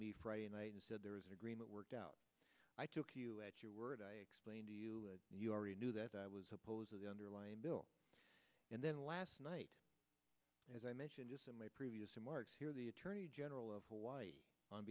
me friday night and said there is an agreement worked out i took you at your word i explained to you you already knew that i was opposed to the underlying bill and then last night as i mentioned in my previous remarks here the attorney general of hawaii on